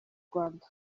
rwanda